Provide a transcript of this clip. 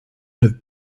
have